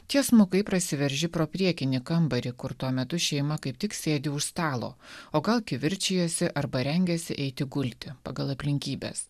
tiesmukai prasiverži pro priekinį kambarį kur tuo metu šeima kaip tik sėdi už stalo o gal kivirčijasi arba rengiasi eiti gulti pagal aplinkybes